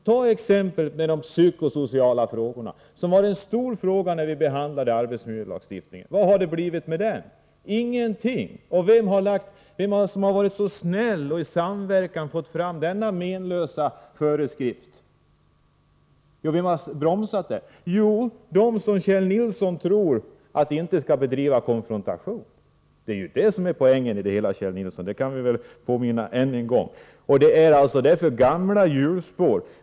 Ta t.ex. den psykosociala arbetsmiljön, som var en stor fråga när vi behandlade arbetsmiljölagstiftningen. Vad har det blivit av detta? Ingenting! Vem är det som varit så snäll och i samverkan bromsat verksamheten och fått fram de menlösa föreskrifterna på det området? Jo, de som Kjell Nilsson tror inte kommer att ta någon konfrontation! Det är det som är poängen i det hela, Kjell Nilsson. Jag påminner om detta än en gång; det är gamla hjulspår socialdemokraterna kör i.